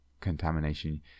contamination